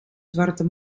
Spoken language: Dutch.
zwarte